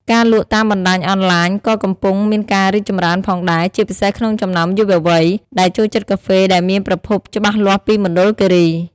ការលក់តាមបណ្តាញអនឡាញក៏កំពុងមានការរីកចម្រើនផងដែរ ជាពិសេសក្នុងចំណោមយុវវ័យ ដែលចូលចិត្តកាហ្វេដែលមានប្រភពច្បាស់លាស់ពីមណ្ឌលគិរី។